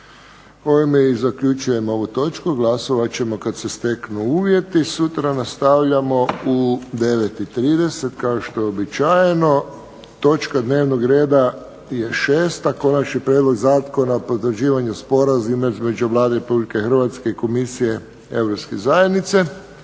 Ovime i zaključujem ovu točku. Glasovat ćemo kad se steknu uvjeti. Sutra nastavljamo u 9,30 kao što je uobičajeno. Točka dnevnog reda je 6. Konačni prijedlog Zakona o potvrđivanju Sporazuma između Vlade Republike Hrvatske i Komisije europskih zajednica.